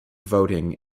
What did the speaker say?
voting